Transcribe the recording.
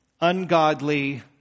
ungodly